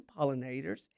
pollinators